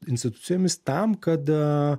institucijomis tam kad